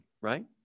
right